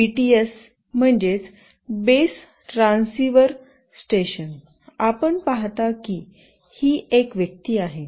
BTS म्हणजे base transceiver station आपण पाहता की ही एक व्यक्ती आहे